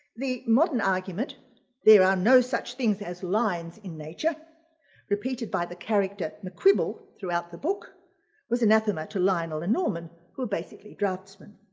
the modern argument there are no such things as lines in nature repeated by the character the quibble throughout the book was anathema to lionel and norman who are basically draftsmen.